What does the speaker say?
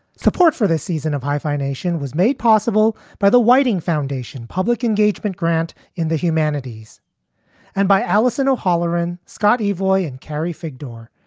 support for this season of high fi nation was made possible by the widing foundation public engagement grant in the humanities and by alison o'halloran, scottie voice and carrie fig door,